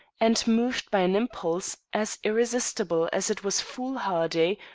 and moved by an impulse as irresistible as it was foolhardy,